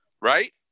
Right